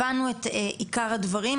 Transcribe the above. הבנו את עיקר הדברים,